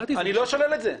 אני לא שולל את זה.